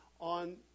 on